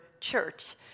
church